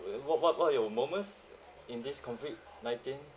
then what what what are your moments in this COVID nineteen